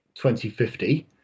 2050